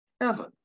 heaven